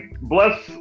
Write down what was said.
bless